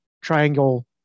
triangle